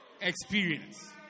experience